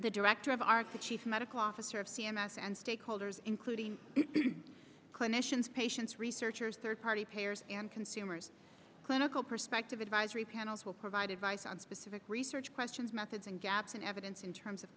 the director of arc the chief medical officer of c m s and stakeholders including clinicians patients researchers third party payers and consumers clinical perspective advisory panels will provide advice on specific research questions methods and gaps in evidence in terms of